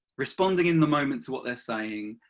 responding in the moment to what they're saying,